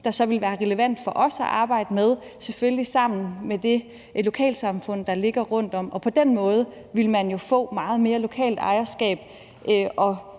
der ville være relevant for dem at arbejde med, selvfølgelig sammen med det lokalsamfund, der ligger rundtom. På den måde ville man jo få meget mere lokalt ejerskab